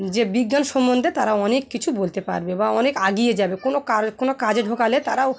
যে বিজ্ঞান সম্বন্ধে তারা অনেক কিছু বলতে পারবে বা অনেক এগিয়ে যাবে কোনো কার কোনো কাজে ঢোকালে তারা ও